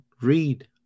Read